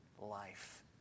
life